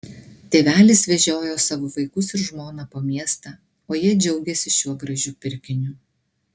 tėvelis vežiojo savo vaikus ir žmoną po miestą o jie džiaugėsi šiuo gražiu pirkiniu